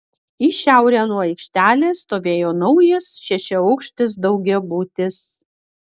į šiaurę nuo aikštelės stovėjo naujas šešiaaukštis daugiabutis